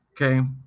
Okay